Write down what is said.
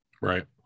Right